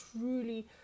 truly